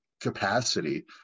capacity